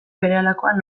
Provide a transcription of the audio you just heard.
berehalakoan